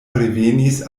revenis